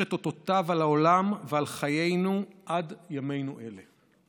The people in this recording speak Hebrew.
את אותותיו על העולם ועל חיינו עד ימינו אלו.